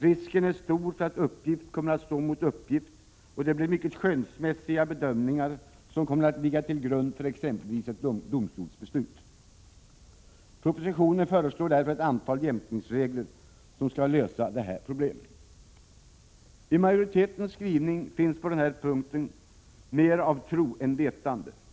Risken är stor att uppgift kommer att stå mot uppgift, och det blir mycket skönsmässiga bedömningar som kommer att ligga till grund för exempelvis ett domstolsbeslut. Propositionen föreslår därför ett antal jämkningsregler, som skall lösa de här problemen. I majoritetens skrivning finns på den här punkten mera av tro än av vetande.